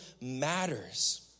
matters